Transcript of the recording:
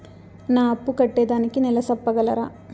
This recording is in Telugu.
నా అప్పు కట్టేదానికి నెల సెప్పగలరా?